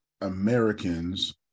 Americans